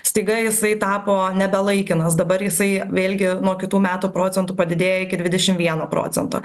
staiga jisai tapo nebelaikinas dabar jisai vėlgi nuo kitų metų procentu padidėja iki dvidešim vieno procento